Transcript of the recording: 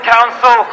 Council